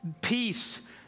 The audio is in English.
peace